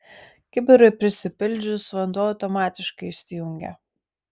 kibirui prisipildžius vanduo automatiškai išsijungia